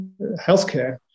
healthcare